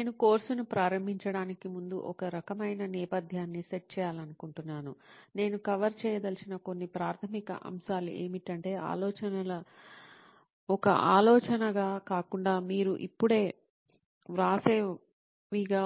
నేను కోర్సును ప్రారంభించడానికి ముందు ఒక రకమైన నేపథ్యాన్ని సెట్ చేయాలనుకుంటున్నాను నేను కవర్ చేయదలిచిన కొన్ని ప్రాథమిక అంశాలు ఏమిటంటే ఆలోచనలు ఒక ఆలోచనగా కాకుండా మీరు ఇప్పుడే వ్రాసేవిగా